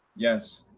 yes.